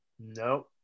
No